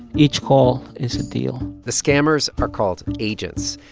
each call is a deal the scammers are called agents.